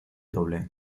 doble